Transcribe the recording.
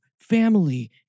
family